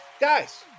Guys